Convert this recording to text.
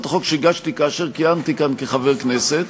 החוק שהגשתי כאשר כיהנתי כאן כחבר כנסת.